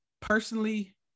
personally